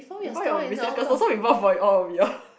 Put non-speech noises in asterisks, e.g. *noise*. we found your biscuits cause so we bought for all of you all *laughs*